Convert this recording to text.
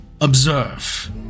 observe